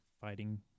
fighting